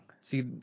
See